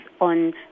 on